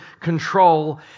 control